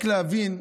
רק להבין: